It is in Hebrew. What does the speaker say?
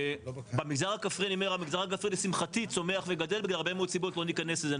המגזר הכפרי לשמחתי צומח וגדל בגלל הרבה מאוד סיבות ולא ניכנס לזה.